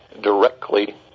directly